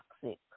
toxic